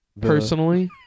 personally